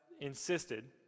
insisted